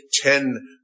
ten